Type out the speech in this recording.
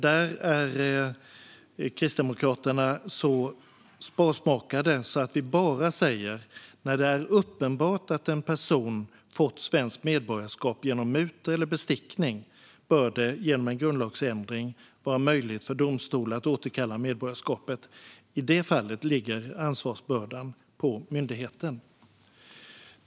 Där är Kristdemokraterna så sparsmakade att vi säger att bara när det är uppenbart att en person fått svenskt medborgarskap genom muta eller bestickning bör det genom en grundlagsändring vara möjligt för domstol att återkalla medborgarskapet. I det fallet ligger ansvarsbördan på myndigheten.